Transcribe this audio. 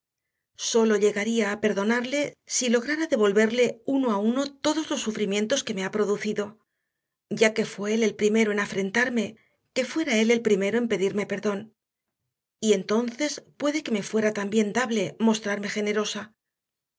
sólo llegaría a perdonarle si lograra devolverle uno a uno todos los sufrimientos que me ha producido ya que fue él el primero en afrentarme que fuera él el primero en pedirme perdón y entonces puede que me fuera también dable mostrarme generosa